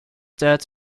that